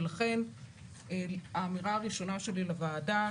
ולכן אבל האמירה הראשונה שלי לוועדה,